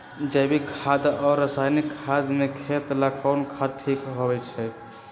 जैविक खाद और रासायनिक खाद में खेत ला कौन खाद ठीक होवैछे?